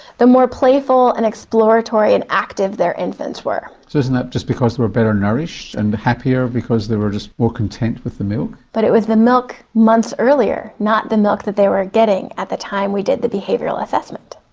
the more playful and exploratory and active their infants were. so isn't that just because they were better nourished and happier because they were just more content with the milk? but it was the milk months earlier, not the milk that they were getting at the time we did the behavioural assessment.